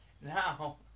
now